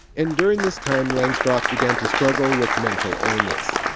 and during this time, langstroth began to struggle with mental illness.